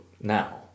now